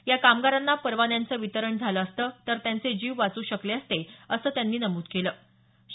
या कामगारांना परवान्यांचं वितरण झालं असतं तर त्यांचे जीव वाच् शकले असते त्यांनी नमूद केलं आहे